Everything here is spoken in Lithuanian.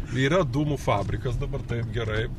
yra dūmų fabrikas dabar taip gerai